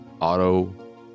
auto